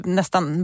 nästan